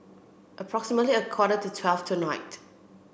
approximately a quarter to twelve tonight